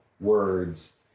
words